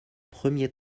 premier